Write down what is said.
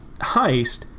heist